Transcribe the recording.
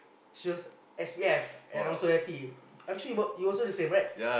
shows S_P_F and I was so happy I'm sure you were you were also the same right